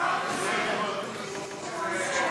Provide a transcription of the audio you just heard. הסמל והמנון המדינה (תיקון מס' 7)